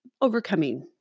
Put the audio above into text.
overcoming